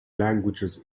languages